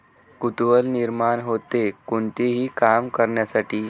कुतूहल निर्माण होते, कोणतेही काम करण्यासाठी